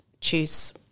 choose